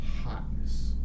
Hotness